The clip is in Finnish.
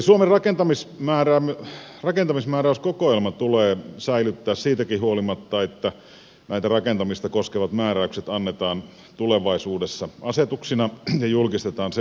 suomen rakentamismääräyskokoelma tulee säilyttää siitäkin huolimatta että nämä rakentamista koskevat määräykset annetaan tulevaisuudessa asetuksina ja julkistetaan sen mukaisina